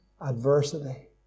Adversity